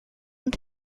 und